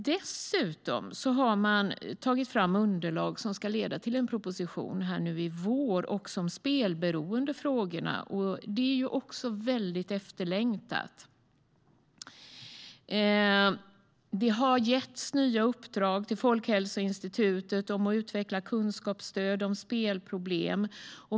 Dessutom har man tagit fram underlag som ska leda till en proposition om spelberoendefrågorna nu i vår. Även detta är väldigt efterlängtat. Det har getts nya uppdrag till Folkhälsoinstitutet om att utveckla kunskapsstöd om spelproblem.